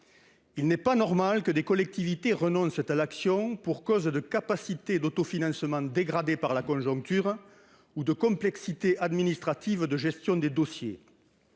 Il n'est pas normal que des collectivités renoncent à l'action pour cause de capacité d'autofinancement dégradée par la conjoncture ou de complexité administrative de gestion des dossiers.